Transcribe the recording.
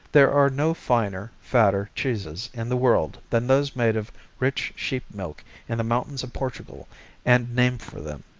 there are no finer, fatter cheeses in the world than those made of rich sheep milk in the mountains of portugal and named for them.